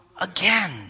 again